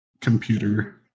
computer